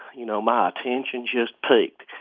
you know, my attention just piqued.